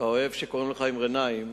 אתה אוהב שקוראים לך ר'נאים,